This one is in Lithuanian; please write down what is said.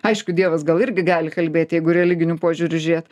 aišku dievas gal irgi gali kalbėti jeigu religiniu požiūriu žiūrėt